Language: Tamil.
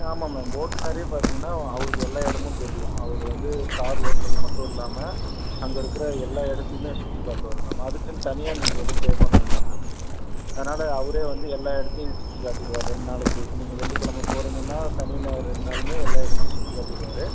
ஆமாம் மேம் ஓட்டுநரே பார்த்தீங்கன்னா அவருக்கு எல்லா இடமும் தெரியும் அவர் வந்து கார் ஓட்டுறது மட்டும் இல்லாமல் அங்கே இருக்கிற எல்லா இடத்தியுமே சுற்றி காட்டுவார் மேம் அதுக்கென்னு தனியாக நீங்கள் எதுவும் பே பண்ண வேண்டாம் மேம் அதனால் அவரே வந்து எல்லா இடத்தையும் சுற்றி காட்டிருவார் ரெண்டு நாளைக்கு நீங்கள் வெள்ளிக் கெழம போகிறிங்கன்னா சனி ஞாயிறு ரெண்டு நாளுமே எல்லா இடத்தையும் சுற்றி காட்டிருவார்